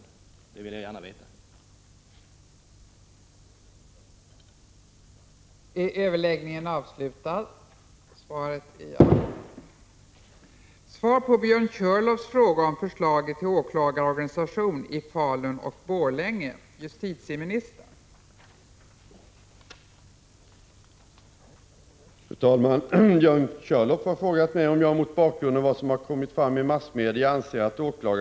Den frågan vill jag gärna ha ett svar på.